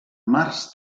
març